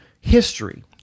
history